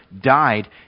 died